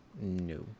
No